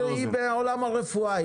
היא מעולם הרפואה.